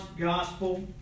Gospel